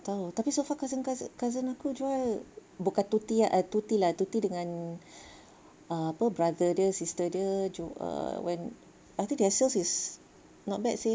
tahu tapi so far cousin cousin aku jual bukan Tuty Tuty lah Tuty dengan apa brother dia sister dia ju~ ah when I think their sales it's not bad seh